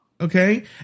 Okay